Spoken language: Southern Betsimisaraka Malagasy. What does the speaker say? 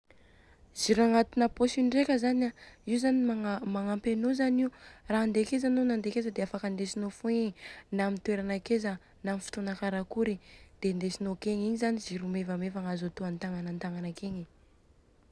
Jiro agnatina pôsy io ndreka zany an magnampy anô zany io. Raha handeha akeza anô raha handeha akaiza dia afaka andesinô fogna igny na amin'ny toerana akaiza na am fotôna karakory dia indesinô akegny zany jiro mevamevagna azo atô antagnana antagnana.